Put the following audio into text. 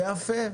יפה.